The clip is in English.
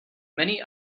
many